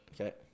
Okay